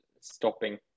stopping